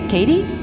Katie